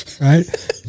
Right